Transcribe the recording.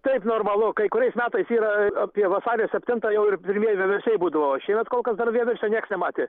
taip normalu kai kuriais metais yra apie vasario septintą jau ir pirmieji vieversiai būdavo šiemet kol kas dar vieversio nieks nematė